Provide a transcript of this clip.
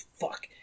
fuck